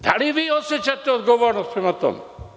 Da li osećate odgovornost prema tome?